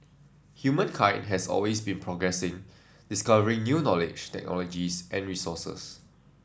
humankind has always been progressing discovering new knowledge technologies and resources